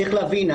צריך להבין,